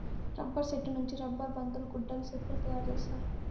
rubber సెట్టు నుంచి rubber బంతులు గుడ్డలు సెప్పులు తయారు చేత్తారు